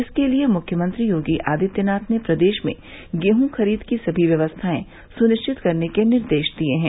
इसके लिये मुख्यमंत्री योगी आदित्यनाथ ने प्रदेश में गेहूं खरीद की समी व्यवस्थाएं सुनिश्चित करने के निर्देश दिये है